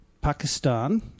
Pakistan